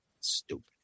stupid